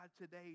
today